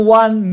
one